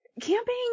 camping